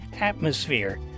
atmosphere